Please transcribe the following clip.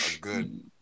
good